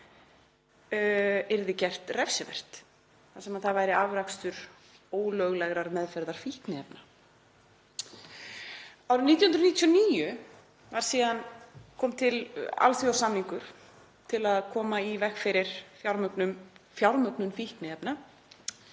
yrði gert refsivert þar sem það væri afrakstur ólöglegrar meðferðar fíkniefna. Árið 1999 kom síðan til alþjóðasamningur til að koma í veg fyrir fjármögnun fíkniefna